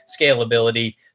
scalability